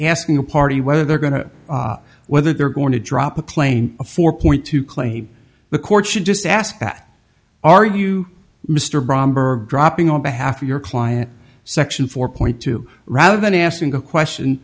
asking a party whether they're going to whether they're going to drop a plane a four point two claim the court should just ask are you mr bromberg dropping on behalf of your client section four point two rather than asking a question